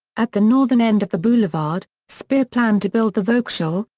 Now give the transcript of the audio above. at the northern end of the boulevard, speer planned to build the volkshalle,